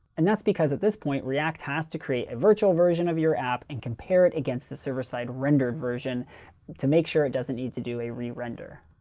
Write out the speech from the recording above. and that's because at this point react has to create a virtual version of your app and compare it against the server-side rendered version to make sure it doesn't need to do a re-render.